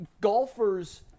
golfers